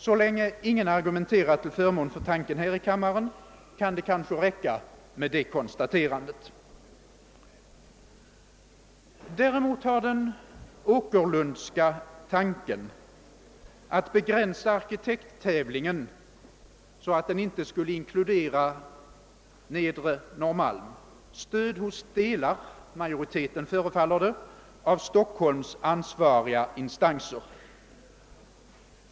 Så länge ingen argumenterar till förmån för tanken här i kammaren kan det kanske räcka med detta konstaterande. Däremot har den Åkerlundska tanken att begränsa arkitekttävlingen, så att den inte skulle inkludera Nedre Norrmalm, stöd hos delar — majoriteten förefaller det — av Stockholms stads ansvariga instanser.